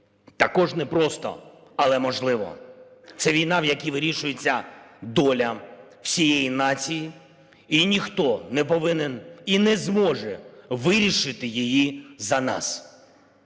також не просто, але можливо. Це війна, в якій вирішується доля всієї нації, і ніхто не повинен і не зможе вирішити її за нас.